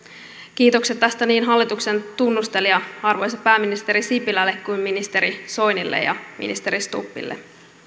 kiitokset tästä niin hallituksen tunnustelija arvoisa pääministeri sipilälle kuin ministeri soinille ja ministeri stubbille